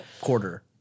quarter